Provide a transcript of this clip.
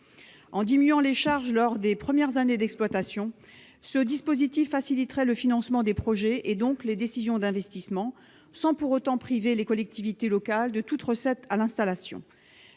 En diminuant les charges lors des premières années d'exploitation, ce dispositif faciliterait le financement des projets, et donc les décisions d'investissement, sans pour autant priver les collectivités locales de toute recette à l'installation.